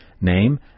name